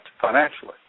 financially